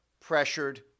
pressured